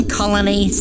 colony